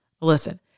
Listen